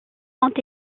ont